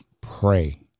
pray